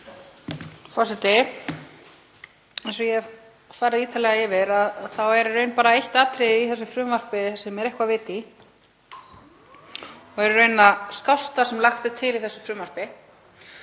Forseti. Eins og ég hef farið ítarlega yfir þá er í raun bara eitt atriði í þessu frumvarpi sem er eitthvert vit í og er í raun það skásta sem lagt er til í þessu frumvarpi.